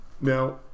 now